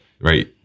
right